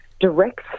direct